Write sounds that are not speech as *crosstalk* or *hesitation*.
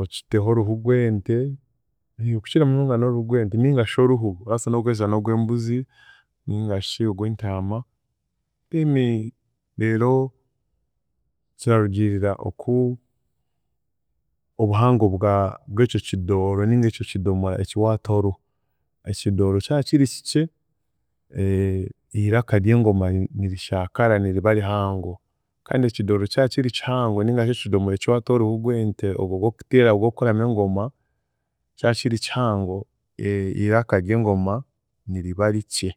okiteho oruhu gw'ente, okukira munonga n’oruhu gw'ente ningashi oruhu orabaasa n'okukozesa n’ogw'embuzi ningashi ogw'entaama then, reero kirarugiirira oku obuhango bwa- bw'ekyo kidooro ninga ekyo kidoomora ekiwaataho oruhu, ekidooro kyakiri kikye *hesitation* iraka ry’engoma ni- nirishaakaara niriba rihango, kandi ekidooro kya kiri kihango nigashi ekidoomora eki waataho oruhu gw’ente ogwe ogw'okuteera ogw'okukoramu engoma, kya kiri kihango, *hesitation* iraka ry’engoma niriba rikye.